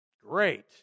Great